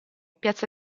piazza